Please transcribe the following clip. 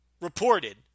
reported